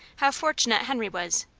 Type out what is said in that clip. how fortunate henry was,